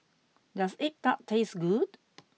does egg Tart taste good